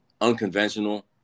unconventional